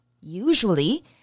Usually